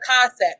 concept